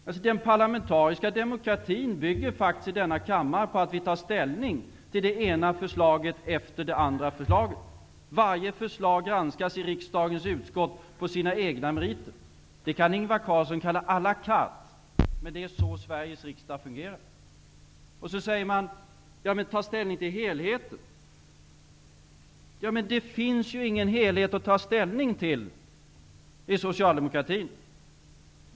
Den parlamentariska demokratin bygger faktiskt på att vi i denna kammare tar ställning till det ena förslaget efter det andra förslaget. Varje förslag granskas i riksdagens utskott på sina egna meriter. Det kan Ingvar Carlsson kalla à la carte, men det är så Sveriges riksdag fungerar. Så säger man: Ta ställning till helheten! Men det finns ju ingen helhet att ta ställning till hos Socialdemokratin.